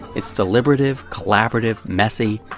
it's deliberative, collaborative, messy,